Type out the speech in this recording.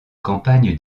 campagne